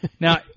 Now